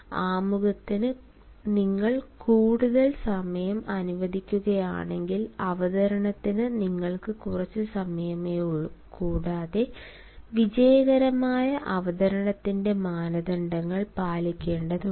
ആമുഖത്തിന് നിങ്ങൾ കൂടുതൽ സമയം അനുവദിക്കുകയാണെങ്കിൽ അവതരണത്തിന് നിങ്ങൾക്ക് കുറച്ച് സമയമേയുള്ളൂ കൂടാതെ വിജയകരമായ അവതരണത്തിന്റെ മാനദണ്ഡങ്ങൾ പാലിക്കേണ്ടതുണ്ട്